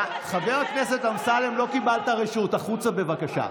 חבר הכנסת אמסלם, לא קיבלת רשות, החוצה, בבקשה.